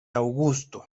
augusto